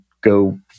go